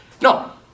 No